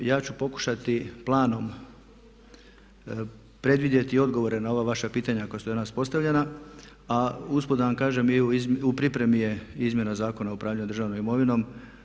Ja ću pokušati planom predvidjeti odgovore na ova vaša pitanja koja su danas postavljena, a usput da vam kažem u pripremi je izmjena Zakona o upravljanju državnom imovinom.